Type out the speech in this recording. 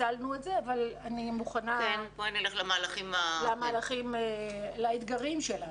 פיצלנו את זה אבל נלך לאתגרים שלנו.